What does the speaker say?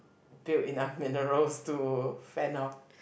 build enough minerals to fend off